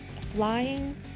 flying